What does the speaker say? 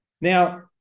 Now